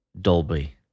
Dolby